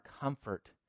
comfort